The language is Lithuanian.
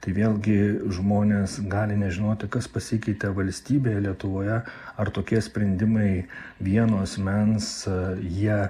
tai vėlgi žmonės gali nežinoti kas pasikeitė valstybėje lietuvoje ar tokie sprendimai vieno asmens jie